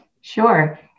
Sure